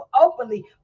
openly